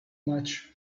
much